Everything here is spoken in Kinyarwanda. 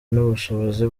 n’ubushobozi